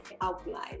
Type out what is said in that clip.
outline